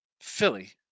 Philly